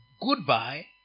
goodbye